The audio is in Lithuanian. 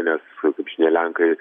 nes kaip žinia lenkai